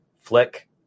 flick